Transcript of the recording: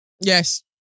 yes